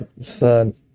Son